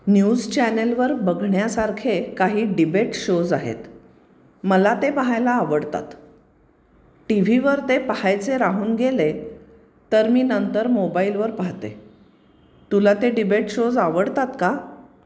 news चॅनलवर बघण्यासारखे काही डिबेट शोज आहेत मला ते पाहायला आवडतात टी व्हीवर ते पाहायचे राहून गेले तर मी नंतर मोबाईलवर पाहते तुला ते डिबेट शोज आवडतात का